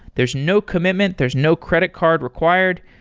there's no commitment. there's no credit card required.